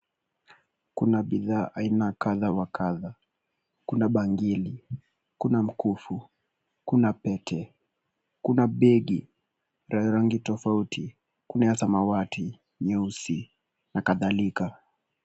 Kuna bidhaa aina kadha wa kadha. Kuna bangili, kuna mkufu, kuna pete, kuna begi za rangi tofauti. Kuna ya samawati, nyeusi na kadhalika.